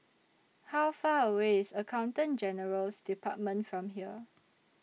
How Far away IS Accountant General's department from here